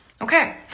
Okay